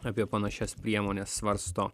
apie panašias priemones svarsto